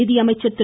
நிதியமைச்சர் திரு